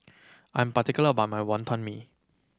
I'm particular about my Wonton Mee